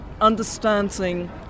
understanding